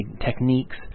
techniques